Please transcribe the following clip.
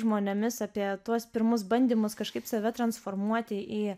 žmonėmis apie tuos pirmus bandymus kažkaip save transformuoti į